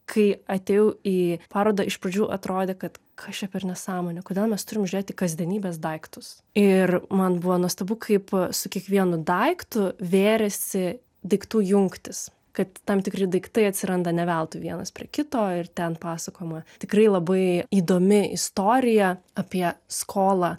kai atėjau į parodą iš pradžių atrodė kad kas čia per nesąmonė kodėl mes turim žiūrėti kasdienybės daiktus ir man buvo nuostabu kaip su kiekvienu daiktu vėrėsi daiktų jungtys kad tam tikri daiktai atsiranda ne veltui vienas prie kito ir ten pasakojama tikrai labai įdomi istorija apie skolą